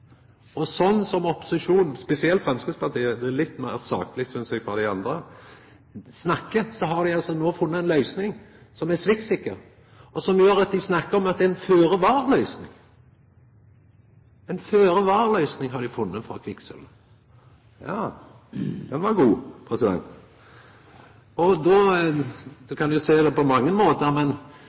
er litt meir sakleg, synest eg, frå dei andre – snakkar, har dei altså no funne ei løysing som er sviktsikker, og som gjer at dei snakkar om at det er ei føre-var-løysing. Ei føre-var-løysing har dei funne for kvikksølv. Ja, den var god! Ein kan jo sjå det på mange måtar, men